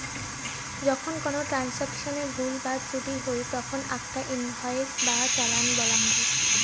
যখন কোনো ট্রান্সাকশনে ভুল বা ত্রুটি হই তখন আকটা ইনভয়েস বা চালান বলাঙ্গ